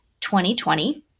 2020